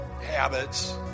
habits